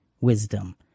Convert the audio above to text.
wisdom